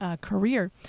career